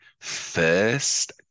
First